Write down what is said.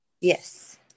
Yes